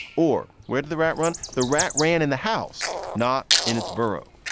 or where did the rat run? the rat ran in the house, not in its burrow.